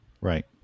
Right